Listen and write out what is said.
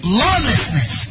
lawlessness